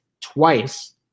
twice